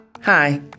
Hi